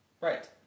Right